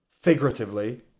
figuratively